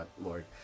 Lord